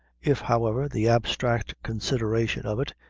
if, however, the abstract consideration of it,